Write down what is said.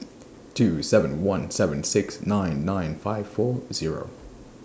two seven one seven six nine nine five four Zero